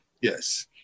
Yes